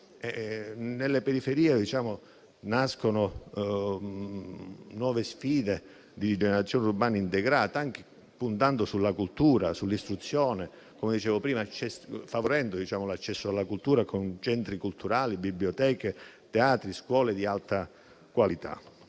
Nelle periferie nascono nuove sfide di rigenerazione urbana integrata, puntando anche sulla cultura e sull'istruzione - come dicevo prima - e favorendo l'accesso alla cultura con centri culturali, biblioteche, teatri, scuole di alta qualità.